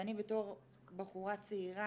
ואני בתור בחורה צעירה,